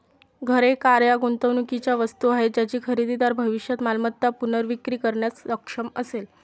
घरे, कार या गुंतवणुकीच्या वस्तू आहेत ज्याची खरेदीदार भविष्यात मालमत्ता पुनर्विक्री करण्यास सक्षम असेल